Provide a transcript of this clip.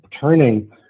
turning